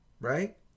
right